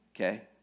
okay